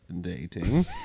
dating